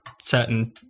certain